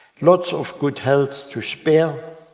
lots of good health to spare,